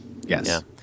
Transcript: Yes